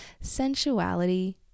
sensuality